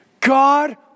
God